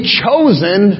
chosen